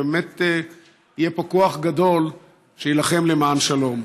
ובאמת יהיה פה כוח גדול שיילחם למען השלום.